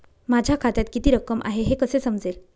माझ्या खात्यात किती रक्कम आहे हे कसे समजेल?